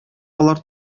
алар